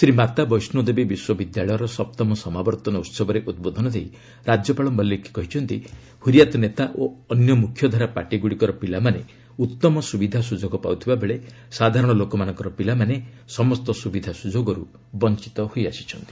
ଶ୍ରୀ ମାତା ବୈଷୋଦେବୀ ବିଶ୍ୱବିଦ୍ୟାଳୟର ସପ୍ତମ ସମାବର୍ଭନ ଉହବରେ ଉଦ୍ବୋଧନ ଦେଇ ରାଜ୍ୟପାଳ ମଲିକ କହିଛନ୍ତି ହୁରିଆତ ନେତା ଓ ଅନ୍ୟ ମୁଖ୍ୟଧାରା ପାର୍ଟିଗୁଡ଼ିକର ପିଲାମାନେ ଉତ୍ତମ ସୁବିଧା ସୁଯୋଗ ପାଇଥିବା ବେଳେ ସାଧାରଣ ଲୋକମାନଙ୍କର ପିଲାମାନେ ସମସ୍ତ ସୁବିଧା ସୁଯୋଗରୁ ବଞିତ ହୋଇଆସିଛନ୍ତି